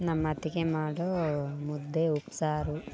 ನಮ್ಮ ಅತ್ತಿಗೆ ಮಾಡೋ ಮುದ್ದೆ ಉಪ್ಸಾರು